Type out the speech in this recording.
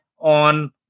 on